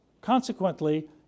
consequently